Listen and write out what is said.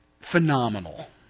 phenomenal